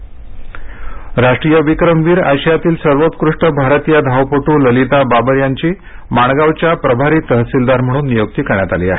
ललिता बाबर राष्ट्रीय विक्रमवीर आशियातील सर्वोत्कृष्ट भारतीय धावपटू ललिता बाबर यांची माणगावच्या प्रभारी तहसिलदार म्हणून नियुक्ती करण्यात आली आहे